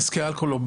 שתיית אלכוהול,